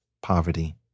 poverty